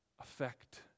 affect